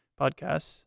podcasts